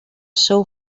seu